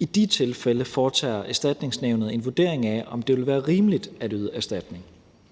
i de tilfælde foretager Erstatningsnævnet en vurdering af, om det vil være rimeligt at yde erstatning.